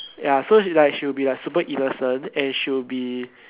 ya so she's like she will be like super innocent and she will be